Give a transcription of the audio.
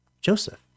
Joseph